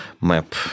map